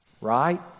right